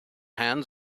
hands